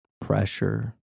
pressure